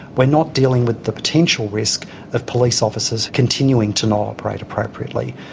we're not dealing with the potential risk of police officers continuing to not operate appropriately.